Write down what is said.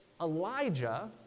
elijah